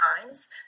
times